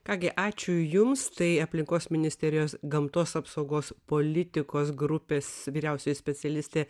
ką gi ačiū jums tai aplinkos ministerijos gamtos apsaugos politikos grupės vyriausioji specialistė